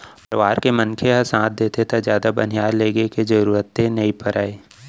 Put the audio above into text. परवार के मनखे ह साथ देथे त जादा बनिहार लेगे के जरूरते नइ परय